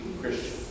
Christian